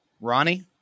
Ronnie